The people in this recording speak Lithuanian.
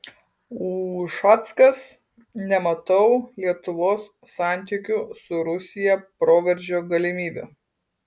ušackas nematau lietuvos santykių su rusija proveržio galimybių